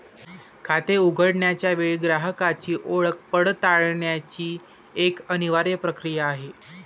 खाते उघडण्याच्या वेळी ग्राहकाची ओळख पडताळण्याची एक अनिवार्य प्रक्रिया आहे